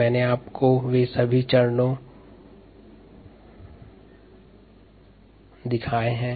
मैंने आपको वे सभी चरण दिखाए हैं